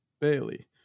Bailey